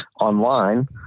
online